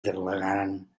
declarant